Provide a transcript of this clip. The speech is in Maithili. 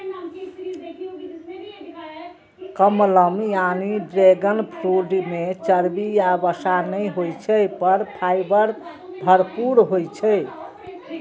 कमलम यानी ड्रैगन फ्रूट मे चर्बी या वसा नै होइ छै, पर फाइबर भरपूर होइ छै